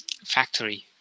factory